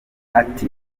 ati